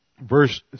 Verse